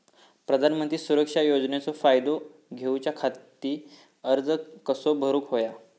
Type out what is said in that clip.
प्रधानमंत्री सुरक्षा योजनेचो फायदो घेऊच्या खाती अर्ज कसो भरुक होयो?